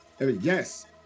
yes